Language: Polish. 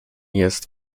jest